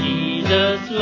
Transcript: Jesus